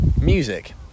music